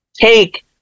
take